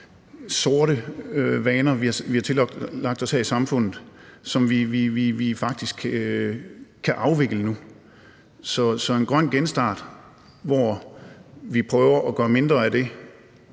sorte vaner, vi har tillagt os her i samfundet, som vi faktisk kan afvikle nu. Så at lave en grøn genstart, hvor vi prøver at gøre mindre af det